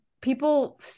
people